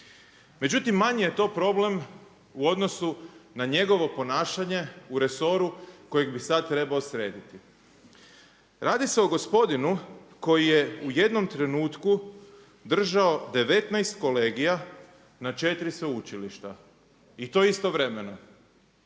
Međutim, manji je to problem u odnosu na njegovo ponašanje u resoru kojeg bi sad trebao srediti. Radi se o gospodinu koji je u jednom trenutku držao 19 kolegija na 4 sveučilišta i to istovremeno.